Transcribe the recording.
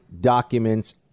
documents